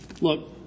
Look